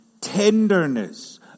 tenderness